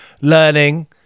learning